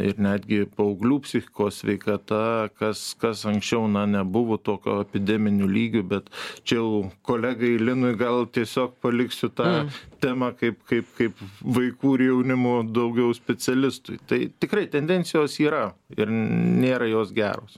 ir netgi paauglių psichikos sveikata kas kas anksčiau na nebuvo tokio epideminio lygio bet čia jau kolegai linui gal tiesiog paliksiu tą temą kaip kaip kaip vaikų ir jaunimo daugiau specialistui tai tikrai tendencijos yra ir nėra jos geros